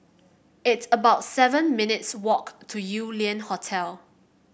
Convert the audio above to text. it's about seven minutes' walk to Yew Lian Hotel